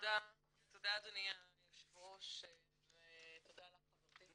תודה אדוני היושב ראש ותודה לך חברתי,